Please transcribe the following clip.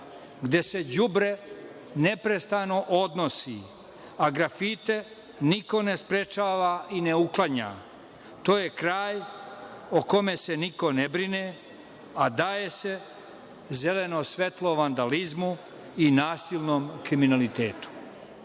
gde se đubre neprestano odnosi, a grafite niko ne sprečava i ne uklanja, to je kraj o kome se niko ne brine, a daje se zeleno svetlo vandalizmu i nasilnom kriminalitetu.